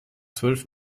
zwölf